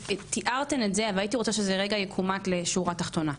תיארתן את זה והייתי רוצה שזה רגע יכומת לשורת תחתונה.